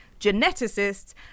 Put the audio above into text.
geneticists